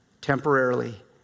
temporarily